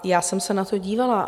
Já jsem se na to dívala.